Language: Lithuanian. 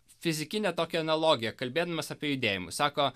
fizikinę tokią analogiją kalbėdamas apie judėjimus sako